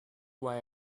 why